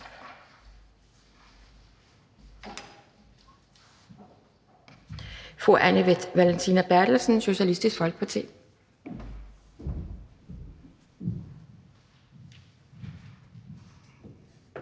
fru Anne Valentina Berthelsen, Socialistisk Folkeparti.